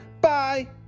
Bye